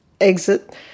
exit